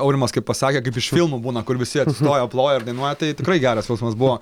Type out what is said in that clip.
aurimas kaip pasakė kaip iš filmų būna kur visi atsistoję ploja ir dainuoja tai tikrai geras jausmas buvo